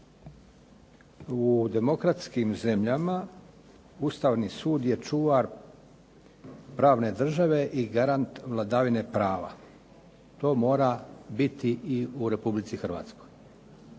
U demokratskim zemljama Ustavni sud je čuvar pravne države i garant vladavine prava. To mora biti i u REpublici Hrvatskoj.